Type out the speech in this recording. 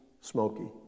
smoky